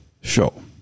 show